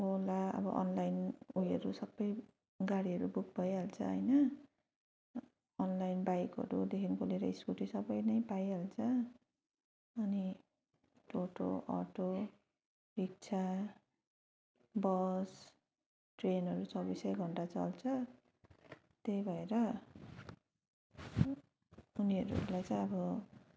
ओला अब अनलाइन उयोहरू सबै गाडीहरू बुक भइहाल्छ होइन अनलाइन बाइकहरू देखिको लिएर स्कुटी सबै नै पाइहाल्छ अनि टोटो अटो रिक्सा बस ट्रेनहरू चौबिसै घण्टा चल्छ त्यही भएर उनीहरूलाई चाहिँ अब